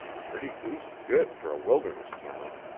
pretty deuced good for a wilderness town!